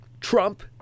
Trump